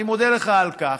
אני מודה לך על כך.